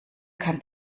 kann